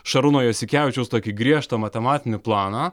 šarūno jasikevičiaus tokį griežtą matematinį planą